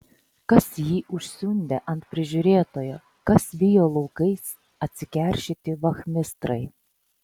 kas jį užsiundė ant prižiūrėtojo kas vijo laukais atsikeršyti vachmistrai